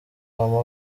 mama